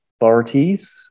authorities